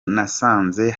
nasanze